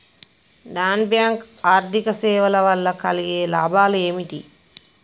Non bank ఆర్థిక సేవల వల్ల కలిగే లాభాలు ఏమిటి?